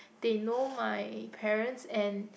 they know my parents and